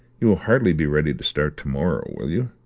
you will hardly be ready to start to-morrow, will you?